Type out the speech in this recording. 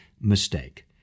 mistake